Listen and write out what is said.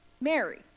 mary